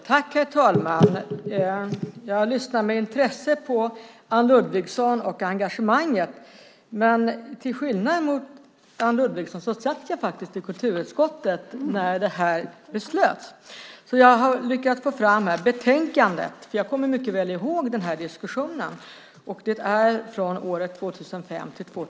Herr talman! Jag lyssnar med intresse på Anne Ludvigsson och hennes engagemang, men till skillnad från Anne Ludvigsson satt jag faktiskt i kulturutskottet när det här beslutet fattades, och jag har lyckats få fram det här betänkandet. Jag kommer mycket väl ihåg den här diskussionen. Det var riksmötet 2005/06.